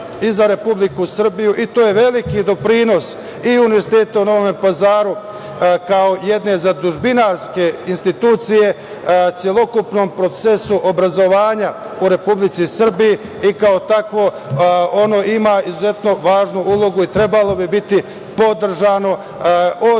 i za Republiku Srbiju. To je veliki doprinos i Univerzitetu u Novom Pazaru, kao jedne zadužbinarske institucije, celokupnom procesu obrazovanja u Republici Srbiji i kao takvo ono ima izuzetno važnu ulogu i trebalo bi biti podržano od